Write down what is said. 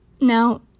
Now